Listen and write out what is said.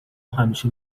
همیشه